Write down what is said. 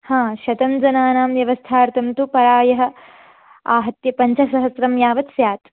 हा शतञ्जनानां व्यवस्थार्थं तु प्रायः आहत्य पञ्चसहस्रं यावत् स्यात्